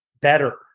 better